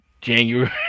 January